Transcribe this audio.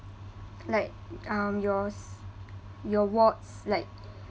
like um yours your wards like